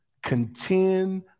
contend